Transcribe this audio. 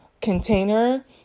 container